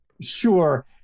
Sure